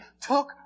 took